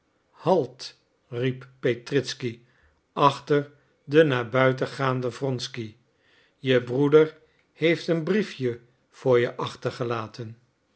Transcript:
halt riep petritzky achter den naar buiten gaanden wronsky je broeder heeft een briefje voor je achter